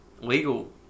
legal